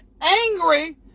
angry